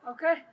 Okay